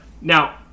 Now